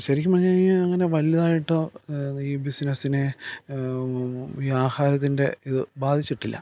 ശരിക്കും പറഞ്ഞു കഴിഞ്ഞാൽ അങ്ങനെ വലുതായിട്ടോ ഈ ബിസിനസ്സിനെ ഈ ആഹാരത്തിൻ്റെ ഇതു ബാധിച്ചിട്ടില്ല